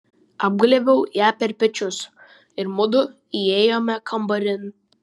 apglėbiau ją per pečius ir mudu įėjome kambarin